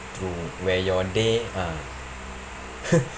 true where your day ah